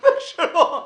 מסתבר שלא.